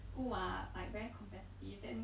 school ah like very competitive then